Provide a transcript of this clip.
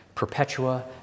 perpetua